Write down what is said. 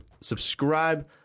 Subscribe